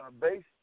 based